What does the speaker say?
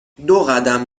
دوقدم